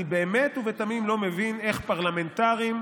אני באמת ובתמים לא מבין איך פרלמנטרים,